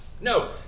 No